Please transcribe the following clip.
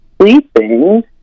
sleeping